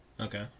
Okay